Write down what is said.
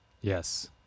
Yes